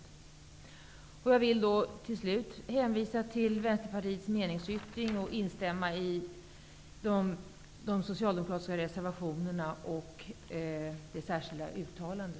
Avslutningsvis hänvisar jag till Vänsterpartiets meningsyttring och instämmer i de socialdemokratiska reservationerna och i det särskilda yttrandet.